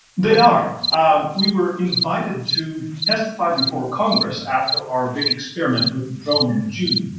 they are. um we were invited to testify before congress after our big experiment with the drone in june,